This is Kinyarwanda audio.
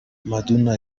maduna